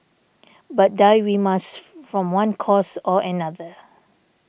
but die we must from one cause or another